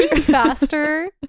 faster